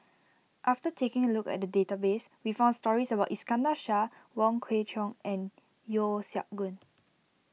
after taking a look at the database we found stories about Iskandar Shah Wong Kwei Cheong and Yeo Siak Goon